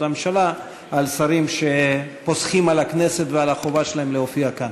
הממשלה על שרים שפוסחים על הכנסת ועל החובה שלהם להופיע כאן.